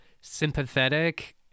sympathetic